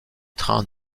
trains